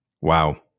Wow